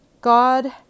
God